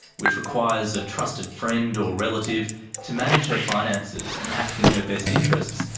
which requires a trusted friend or relative to manage her finances and act in her best interests,